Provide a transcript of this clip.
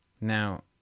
Now